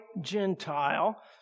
Gentile